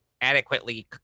adequately